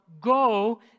Go